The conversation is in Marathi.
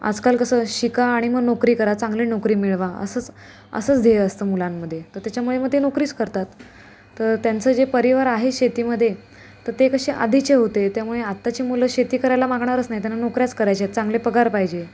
आजकाल कसं शिका आणि मग नोकरी करा चांगली नोकरी मिळवा असंच असंच ध्येय असतं मुलांमध्ये तर त्याच्यामुळे मग ते नोकरीच करतात तर त्यांचं जे परिवार आहे शेतीमध्ये तर ते कसे आधीचे होते त्यामुळे आताची मुलं शेती करायला मागणारच नाही त्यांना नोकऱ्याच करायच्या आहेत चांगले पगार पाहिजे